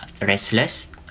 restless